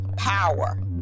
power